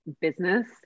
business